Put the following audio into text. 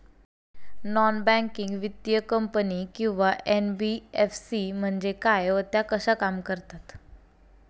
Non banking वित्तीय company किंवा NBFC म्हणजे काय व त्या कशा काम करतात?